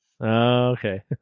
Okay